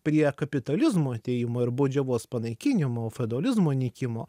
prie kapitalizmo atėjimo ir baudžiavos panaikinimo feodalizmo nykimo